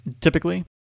Typically